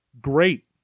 great